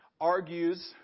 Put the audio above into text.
argues